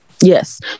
yes